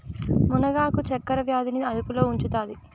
మునగ ఆకు చక్కర వ్యాధి ని అదుపులో ఉంచుతాది